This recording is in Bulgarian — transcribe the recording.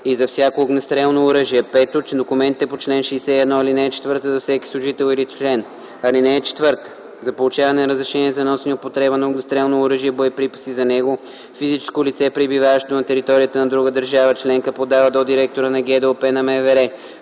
и за всяко огнестрелно оръжие; 5. документите по чл. 61, ал. 4 за всеки служител или член. (4) За получаване на разрешение за носене и употреба на огнестрелно оръжие и боеприпаси за него физическо лице, пребиваващо на територията на друга държава членка, подава до директора на ГДОП на МВР